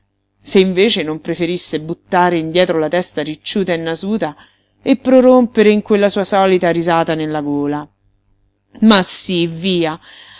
se invece non preferisse buttare indietro la testa ricciuta e nasuta e prorompere in quella sua solita risata nella gola ma sí via